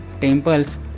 temples